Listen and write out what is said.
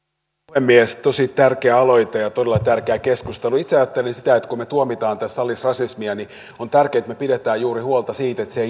puhemies tosi tärkeä aloite ja todella tärkeä keskustelu itse ajattelin sitä että kun me tuomitsemme tässä salissa rasismin niin on tärkeätä että me pidämme huolta juuri siitä että se